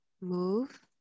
move